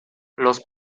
los